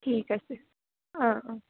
ঠিক আছে অঁ অঁ